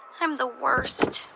i'm the worst.